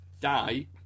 die